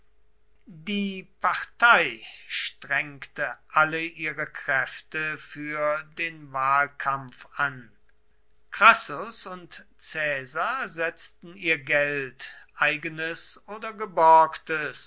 die partei strengte alle ihre kräfte für den wahlkampf an crassus und caesar setzten ihr geld eigenes oder geborgtes